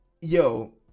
Yo